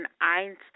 Einstein